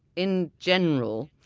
in general,